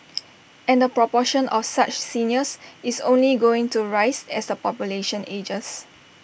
and the proportion of such seniors is only going to rise as the population ages